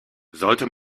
sollte